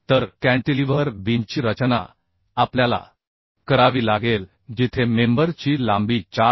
तर कॅन्टिलीव्हर बीमची रचना आपल्याला करावी लागेल जिथे मेंबर ची लांबी 4